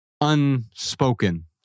unspoken